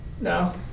No